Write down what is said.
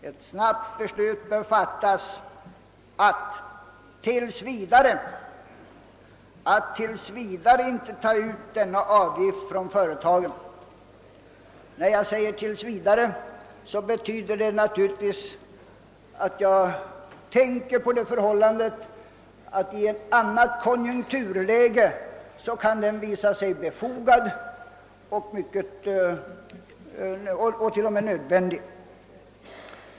Ett beslut bör därför fattas snabbt att tills vidare inte ta ut denna avgift från företagen. När jag säger tills vidare, betyder det naturligtvis att jag tänker på det förhållandet, att energiskatten i ett annat konjunkturläge kan visa sig vara befogad och t.o.m. nödvändig.